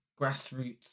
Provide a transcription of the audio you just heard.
grassroots